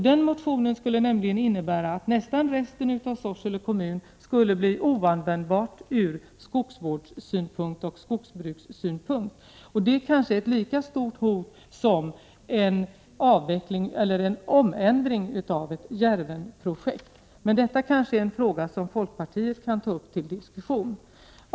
Den motionen skulle nämligen innebära att nästan resten av Sorsele kommun skulle bli oanvändbar ur skogsvårdssynpunkt och skogsbrukssynpunkt. Det kan vara ett lika stort hot som en omändring av Djärvenprojektet. Men detta kanske är en fråga som folkpartiet kan ta upp till diskussion.